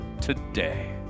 today